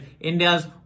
India's